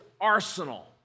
arsenal